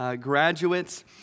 graduates